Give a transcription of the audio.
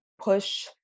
push